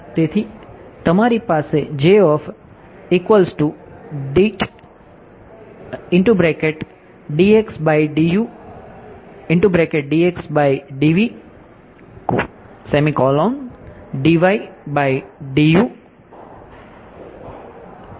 તેથી તમારી પાસે હશે